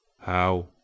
How